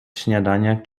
śniadania